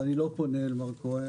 ואני לא פונה אל מר כהן,